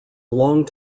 long